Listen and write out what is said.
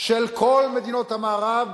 של כל מדינות המערב,